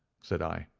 said i.